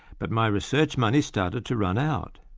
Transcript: but my research money started to run out.